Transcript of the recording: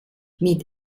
mit